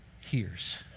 hears